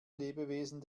lebewesen